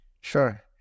sure